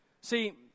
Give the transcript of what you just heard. See